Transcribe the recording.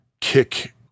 kick